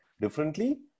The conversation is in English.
differently